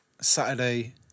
Saturday